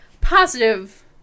positive